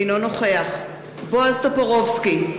אינו נוכח בועז טופורובסקי,